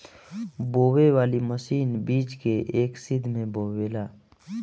बोवे वाली मशीन बीज के एक सीध में बोवेले